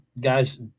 guys